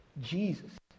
Jesus